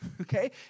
okay